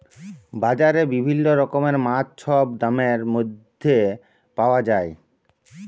বাজারে বিভিল্ল্য রকমের মাছ ছব দামের ম্যধে পাউয়া যায়